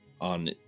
on